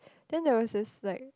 then there was this like